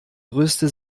größte